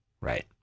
right